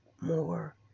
more